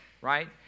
right